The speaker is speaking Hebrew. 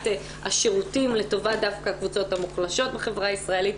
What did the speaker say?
השירותים לטובת דווקא הקבוצות המוחלשות בחברה הישראלית,